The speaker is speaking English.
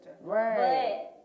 Right